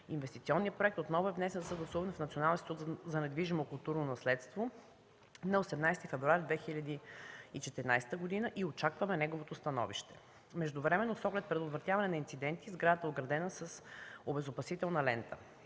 Инвестиционният проект отново е внесен за съгласуване в Националния институт за недвижимо културно наследство на 18 февруари 2014 г. Очакваме неговото становище. Междувременно с оглед предотвратяване на инциденти сградата е оградена с обезопасителна лента.